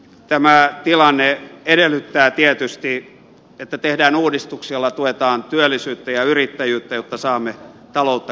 tämä tilanne edellyttää tietysti että tehdään uudistuksia joilla tue taan työllisyyttä ja yrittäjyyttä jotta saamme taloutta kasvuun